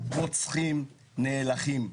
רוצחים נאלחים.